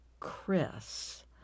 Chris